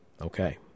Okay